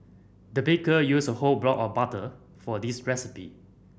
the baker used a whole block of butter for this recipe